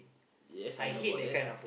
yes I know but then